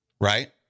Right